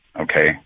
okay